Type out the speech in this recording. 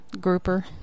Grouper